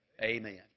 Amen